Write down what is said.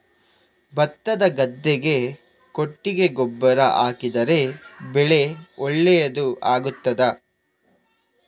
ಭತ್ತದ ಗದ್ದೆಗೆ ಕೊಟ್ಟಿಗೆ ಗೊಬ್ಬರ ಹಾಕಿದರೆ ಬೆಳೆ ಒಳ್ಳೆಯದು ಆಗುತ್ತದಾ?